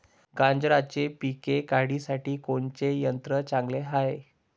गांजराचं पिके काढासाठी कोनचे यंत्र चांगले हाय?